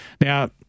Now